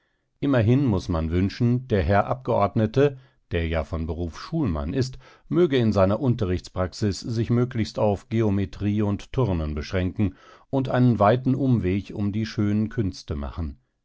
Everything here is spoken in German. immerhin muß man wünschen der herr abgeordnete der ja von beruf schulmann ist möge in seiner unterrichtspraxis sich möglichst auf geometrie und turnen beschränken und einen weiten umweg um die schönen künste machen